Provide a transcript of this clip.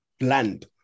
land